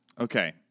Okay